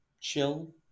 chill